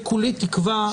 וכולי תקווה,